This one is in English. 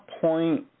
point